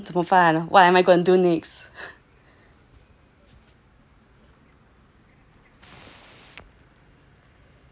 what am I going to do next